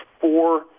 four